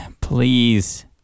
please